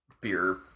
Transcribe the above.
beer